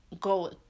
Go